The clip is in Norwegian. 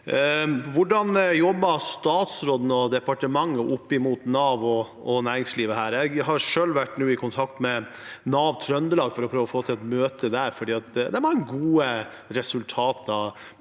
Hvordan jobber statsråden og departementet opp mot Nav og næringslivet? Jeg har nå selv vært i kontakt med Nav Trøndelag for å prøve å få til et møte, for de har gode resultater